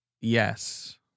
Yes